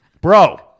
bro